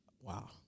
wow